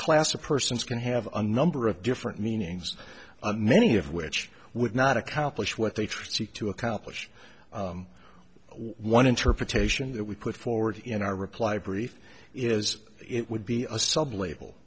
class of persons can have a number of different meanings many of which would not accomplish what they seek to accomplish one interpretation that we put forward in our reply brief is it would be a sub label